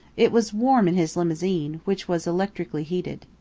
it was warm in his limousine, which was electrically heated.